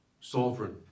sovereign